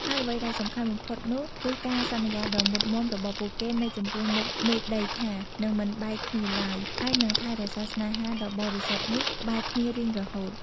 ហើយអ្វីដែលសំខាន់បំផុតនោះគឺ ការសន្យាដ៏មុតមាំរបស់ពួកគេនៅចំពោះមុខមេឃដីថា នឹងមិនបែកគ្នាឡើយ ហើយនឹងថែរក្សាស្នេហាដ៏បរិសុទ្ធនេះក្បែរគ្នារៀងរហូត។